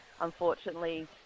unfortunately